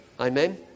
Amen